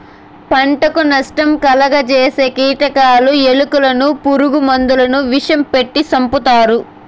పంటకు నష్టం కలుగ జేసే కీటకాలు, ఎలుకలను పురుగు మందుల విషం పెట్టి సంపుతారు